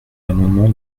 l’amendement